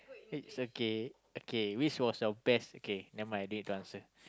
it's okay okay which was your best okay never mind don't need to answer